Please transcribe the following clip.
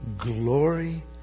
glory